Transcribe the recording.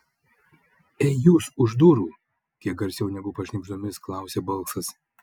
ei jūs už durų kiek garsiau negu pašnibždomis klausia balsas